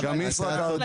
מזערי.